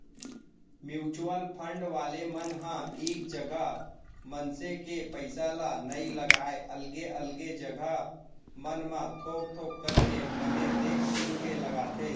mutual fund वाले मन ह एक जगा मनसे के पइसा ल नइ लगाय अलगे अलगे जघा मन म थोक थोक करके बने देख सुनके लगाथे